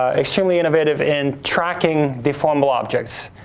ah extremely innovative in tracking the fumble objects.